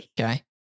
okay